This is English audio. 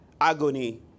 agony